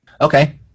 Okay